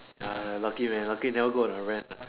ah lucky man lucky never go on a rant uh